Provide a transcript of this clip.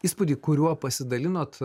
įspūdį kuriuo pasidalinot